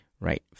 right